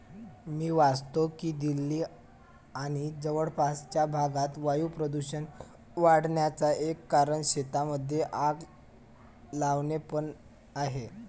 मी वाचतो की दिल्ली आणि जवळपासच्या भागात वायू प्रदूषण वाढन्याचा एक कारण शेतांमध्ये आग लावणे पण आहे